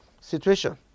Situation